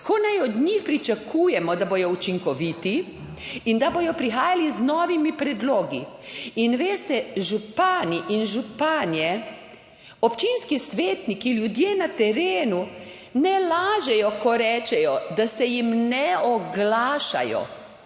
naj od njih pričakujemo, da bodo učinkoviti in da bodo prihajali z novimi predlogi, in veste, župani in županje, občinski svetniki, ljudje na terenu ne lažejo, ko rečejo, da se jim ne oglašajo